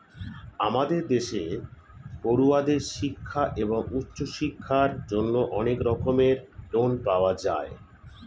আমাদের দেশে পড়ুয়াদের শিক্ষা এবং উচ্চশিক্ষার জন্য অনেক রকমের লোন পাওয়া যায়